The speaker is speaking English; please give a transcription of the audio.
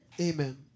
Amen